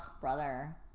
brother